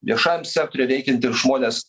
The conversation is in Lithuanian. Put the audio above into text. viešajam sektoriuje veikiantys žmonės